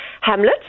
Hamlet